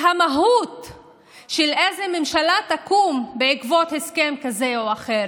אבל המדינה לקונית, תכליתית ויעילה: